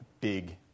big